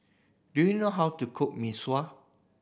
do you know how to cook Mee Sua